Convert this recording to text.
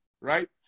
right